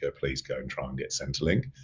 ah please go and try and get centrelink.